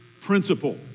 principle